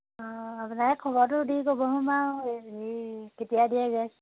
অঁ আপোনালোকে খবৰটো দি ক'বচোন বাৰু সেই কেতিয়া দিয়ে গেছ